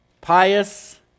Pious